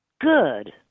good